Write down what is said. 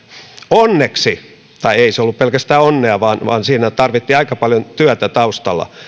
onneksi tai ei se ollut pelkästään onnea vaan vaan siinä tarvittiin aika paljon työtä taustalla